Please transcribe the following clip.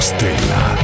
Stella